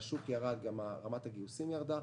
שהשוק ירד ורמת הגיוסים ירדה.